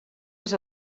les